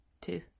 two